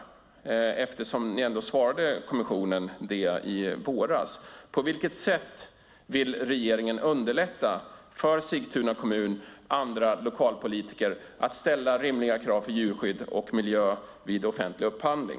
Ni svarade ju kommissionen så här i våras. På vilket sätt vill regeringen underlätta för Sigtuna kommun och andra lokalpolitiker att ställa rimliga krav för djurskydd och miljö vid offentlig upphandling?